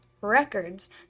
records